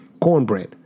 cornbread